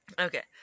Okay